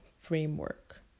framework